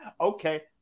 Okay